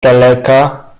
daleka